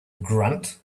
grunt